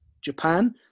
Japan